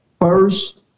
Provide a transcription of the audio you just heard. first